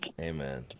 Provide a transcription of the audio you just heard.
Amen